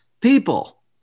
people